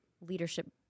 leadership